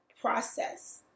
process